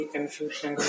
Confusion